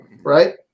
right